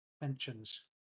mentions